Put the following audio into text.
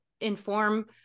inform